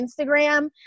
Instagram